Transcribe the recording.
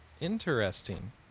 Interesting